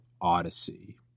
odyssey